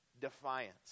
defiance